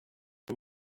you